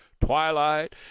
twilight